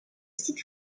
site